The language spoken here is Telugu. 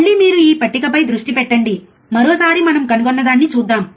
మళ్ళీ మీరు ఈ పట్టికపై దృష్టి పెట్టండి మరోసారి మనం కనుగొన్నదాన్ని చూద్దాం